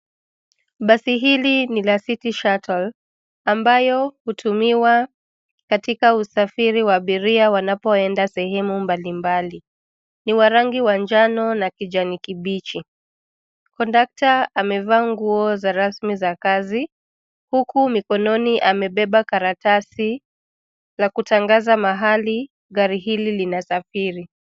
Basi hili ni la (cs)City Shuttle(cs) ambayo hutumiwa katika usafiri wa abiria wanapoenda sehemu mbalimbali. Ni wa rangi wa njano na kijani kibichi. Kondakta amevaa nguo za rasmi za kazi, huku mkonnoni amebeba karatasi za kutangaza mahali gari ili linasafiri.